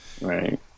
Right